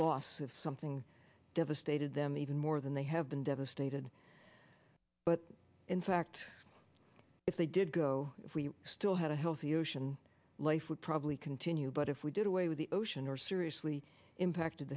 loss of something devastated them even more than they have been devastated but in fact if they did go if we still had a healthy ocean life would probably continue but if we did away with the ocean or seriously impacted